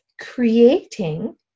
creating